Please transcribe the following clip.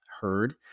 heard